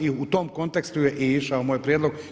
I u tom kontekstu je i išao moj prijedlog.